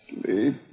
Sleep